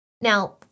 Now